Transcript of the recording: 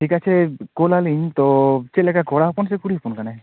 ᱴᱷᱤᱠ ᱟᱪᱷᱮ ᱠᱳᱞ ᱟᱹᱞᱤᱧ ᱛᱳ ᱪᱮᱫ ᱞᱟᱠᱟ ᱠᱚᱲᱟ ᱦᱚᱯᱚᱱ ᱥᱮᱮ ᱠᱩᱲᱤ ᱦᱚᱯᱚᱱ ᱠᱟᱱᱟᱭ